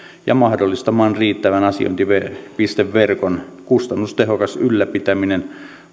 ja mahdollistamaan riittävän asiointipisteverkon kustannustehokas ylläpitäminen